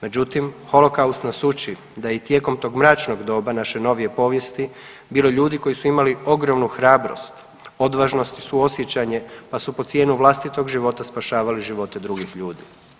Međutim, holokaust nas uči da i tijekom tog mračnog doba naše novije povijesti bilo ljudi koji su imali ogromnu hrabrost, odvažnost i suosjećanje pa su pod cijenu vlastitog života spašavali živote drugih ljudi.